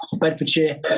Bedfordshire